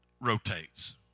rotates